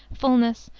fullness,